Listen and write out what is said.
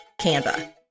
Canva